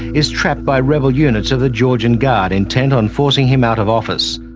is trapped by rebel units of the georgian guard intent on forcing him out of office.